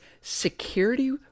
security